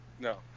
no